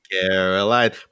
Caroline